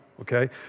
okay